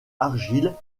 argile